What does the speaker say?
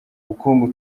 bukungu